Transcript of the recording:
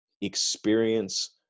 experience